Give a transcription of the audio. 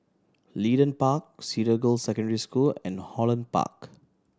Leedon Park Cedar Girls' Secondary School and Holland Park